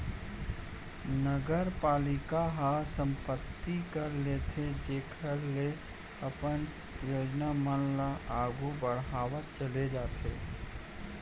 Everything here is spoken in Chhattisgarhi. नगरपालिका ह संपत्ति कर लेथे जेखर ले अपन योजना मन ल आघु बड़हावत चले जाथे